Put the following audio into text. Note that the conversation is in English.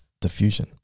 Diffusion